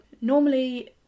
normally